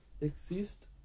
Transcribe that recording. exist